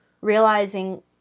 realizing